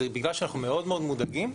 זה בגלל שאנחנו מאוד מאוד מודאגים,